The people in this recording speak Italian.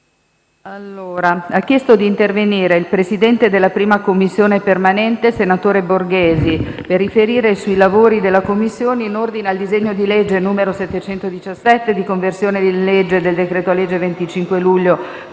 Ha chiesto di intervenire il Presidente della 1ª Commissione permanente, senatore Borghesi, per riferire sui lavori della Commissione in ordine al disegno di legge n. 717, di conversione in legge del decreto-legge 25 luglio